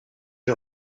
due